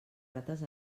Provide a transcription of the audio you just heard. rates